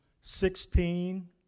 sixteen